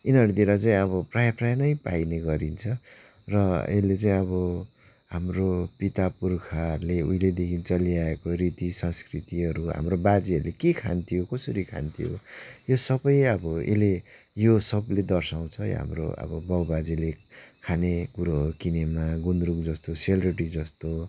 यिनीहरूतिर चाहिँ अब प्रायः प्रायः नै पाइने गरिन्छ र यसले चाहिँ अब हाम्रो पितापुर्खाहरूले उहिलेदेखिकै चलिआएको रीति संस्कृतिहरू हाम्रो बाजेहरूले के खान्थ्यो कसरी खान्थ्यो यो सबै अब यसले यो सबले दर्साउँछ हाम्रो अब बाउ बाजेले खाने कुरो हो किनेमा गुन्द्रुक जस्तो सेलरोटी जस्तो